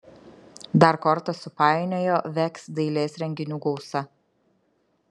dar kortas supainiojo veks dailės renginių gausa